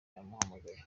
yamuhamagaye